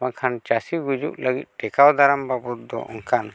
ᱵᱟᱝᱠᱷᱟᱱ ᱪᱟᱹᱥᱤ ᱜᱩᱡᱩᱜ ᱞᱟᱹᱜᱤᱫ ᱴᱮᱠᱟᱣ ᱫᱟᱨᱟᱢ ᱵᱟᱵᱚᱫ ᱫᱚ ᱚᱱᱠᱟᱱ